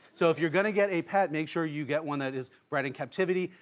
so, if you're going to get a pet, make sure you get one that is bred in captivity.